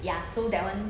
ya so that [one]